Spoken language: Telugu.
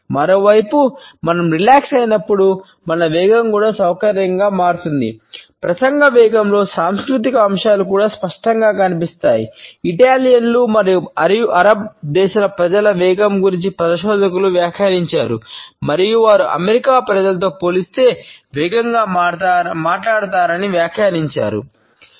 మరోవైపు మనం రిలాక్స్ ప్రజలతో పోల్చితే వేగంగా మాట్లాడతారని వ్యాఖ్యానించారు